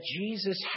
Jesus